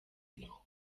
know